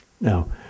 Now